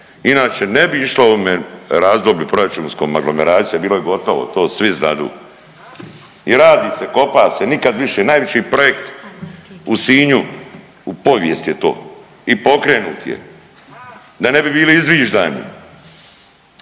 Inače ne bi išla u ovome razdoblju proračunskom aglomeracija, bilo je gotovo. To svi znadu. I radi se, kopa se, nikad više. Najveći projekt u Sinju u povijesti je to i pokrenut je da ne bi bili izviždani.